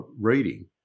reading